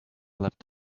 left